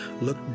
look